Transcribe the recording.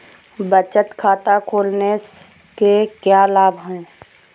बचत खाता खोलने के क्या लाभ हैं?